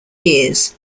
years